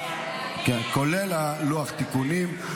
כולל לוח התיקונים.